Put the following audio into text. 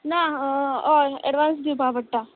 ना हय एडवान्स दिवपा पडटा